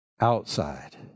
outside